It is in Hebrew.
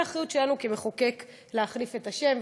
זה אחריות שלנו כמחוקק להחליף את השם,